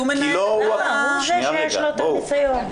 הוא מנהל --- הוא זה שיש לו את הניסיון,